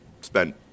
spent